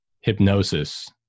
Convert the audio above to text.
hypnosis